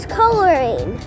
coloring